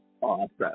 Awesome